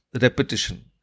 repetition